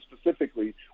specifically